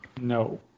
No